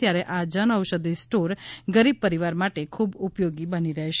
ત્યારે આ જનઔષધિ સ્ટોર ગરીબ પરિવાર માટે ખૂબ ઉપયોગી બની રહેશે